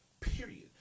Period